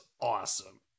awesome